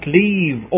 leave